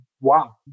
wow